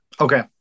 Okay